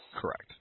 Correct